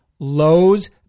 Lowe's